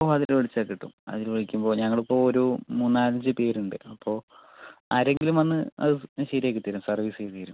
ഓ അതില് വിളിച്ചാൽ കിട്ടും അതില് വിളിക്കുമ്പം ഞങ്ങളിപ്പോ ഒരു മൂന്നാലഞ്ച് പേര് ഉണ്ട് അപ്പോൾ ആരെങ്കിലും വന്ന് അത് ശരി ആക്കി തരും സർവീസ് ചെയ്ത് തരും